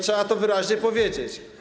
Trzeba to wyraźnie powiedzieć.